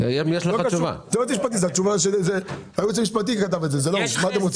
איך יש לכם פרצוף להגיע הביתה לילדים שלכם כשיש ילדים אחרים שאתם לוקחים